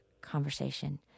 conversation